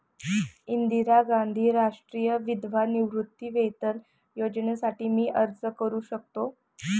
इंदिरा गांधी राष्ट्रीय विधवा निवृत्तीवेतन योजनेसाठी मी अर्ज करू शकतो?